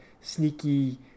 sneaky